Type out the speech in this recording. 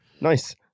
Nice